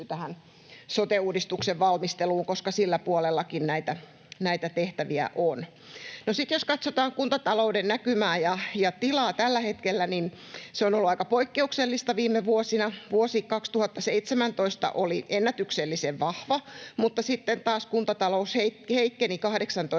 sote-uudistuksen valmisteluun, koska silläkin puolella näitä tehtäviä on. Sitten jos katsotaan kuntatalouden näkymää ja tilaa tällä hetkellä, niin se on ollut aika poikkeuksellista viime vuosina. Vuosi 2017 oli ennätyksellisen vahva, mutta sitten taas kuntatalous heikkeni 18 ja